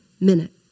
minute